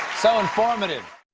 so informative.